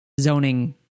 zoning